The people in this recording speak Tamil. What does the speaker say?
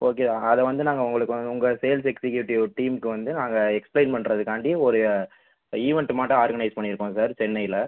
ஓகே அதை வந்து நாங்கள் உங்களுக்கு வ உங்கள் சேல்ஸ் எக்ஸிகியூட்டிவ் டீமுக்கு வந்து நாங்கள் எக்ஸ்பிளைன் பண்ணுறதுக்காண்டி ஒரு ஈவெண்ட் மாட்ட ஆர்கனைஸ் பண்ணியிருக்கோம் சார் சென்னையில்